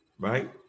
Right